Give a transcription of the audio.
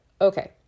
okay